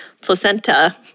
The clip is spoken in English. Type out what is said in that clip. placenta